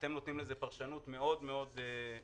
אתם נותנים לזה פרשנות מאוד מאוד רחבה,